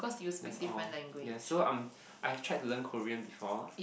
that's all yes so I am I have tried to Korean before